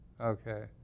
Okay